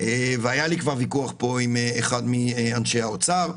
היה לי ויכוח עם אחד מאנשי האוצר,